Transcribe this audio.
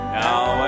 now